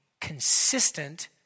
consistent